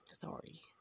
sorry